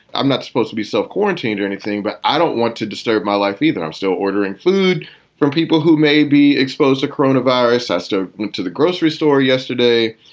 i'm not supposed to be self-quarantine or anything, but i don't want to disturb my life either. i'm still ordering food from people who may be exposed to corona viruses to to the grocery store yesterday.